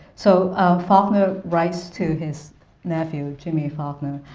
so faulkner writes to his nephew, jimmy faulkner,